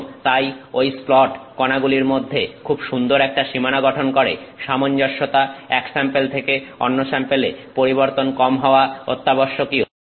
এবং তাই ঐ স্প্লট কণাগুলির মধ্যে খুব সুন্দর একটা সীমানা গঠন করে সামঞ্জস্যতা এক স্যাম্পেল থেকে অন্য স্যাম্পেলে পরিবর্তন কম হওয়া অত্যাবশ্যকীয়